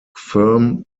firm